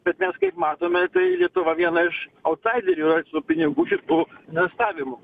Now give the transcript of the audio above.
bet mes kaip matome tai lietuva viena iš autsaiderių e su pinigų kitų investavimu